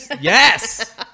Yes